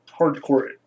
hardcore